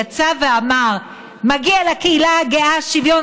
יצא ואמר: מגיע לקהילה הגאה שוויון